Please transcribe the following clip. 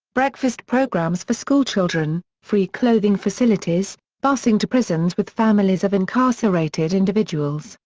breakfast programs for schoolchildren, free clothing facilities, busing to prisons with families of incarcerated individuals,